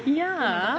ya